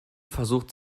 versucht